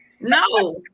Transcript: no